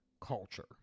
culture